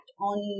on